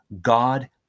God